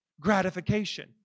Gratification